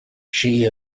she